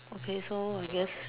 okay so I guess